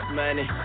money